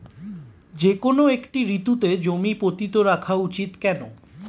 যেকোনো একটি ঋতুতে জমি পতিত রাখা উচিৎ কেন?